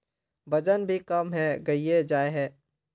वजन भी कम है गहिये जाय है?